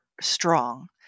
strong